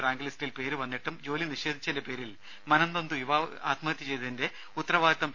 rank ലിസ്റ്റിൽ പേരു വന്നിട്ടും ജോലി നിഷേധിച്ചതിന്റെ പേരിൽ മനംനൊന്തു യുവാവ് ആത്മഹത്യ ചെയ്തതിന്റെ ഉത്തരവാദിത്വം പി